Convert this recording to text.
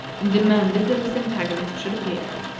and demanded that his antagonist should appear.